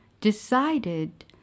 decided